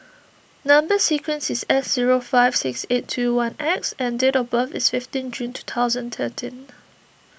Number Sequence is S three zero five six eight two one X and date of birth is fifteen June two thousand thirteen